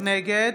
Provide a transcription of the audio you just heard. נגד